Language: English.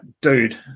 dude